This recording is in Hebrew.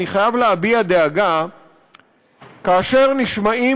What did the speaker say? אני חייב להביע דאגה כאשר נשמעים